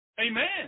Amen